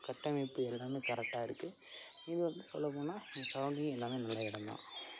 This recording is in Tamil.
கட்டமைப்பு எல்லாமே கரெக்டாக இருக்குது இது வந்து சொல்லப்போனால் இந்த சரௌண்டிங்கில் எல்லாமே நல்ல இடம் தான்